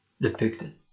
depicted